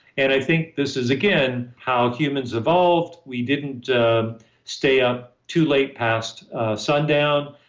and i think this is again, how humans evolved. we didn't stay up too late past sundown,